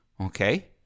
Okay